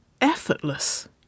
effortless